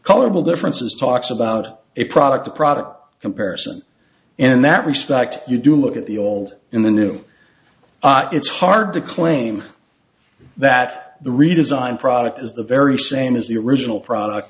colorable differences talks about a product the product comparison in that respect you do look at the old in the new it's hard to claim that the redesigned product is the very same as the original product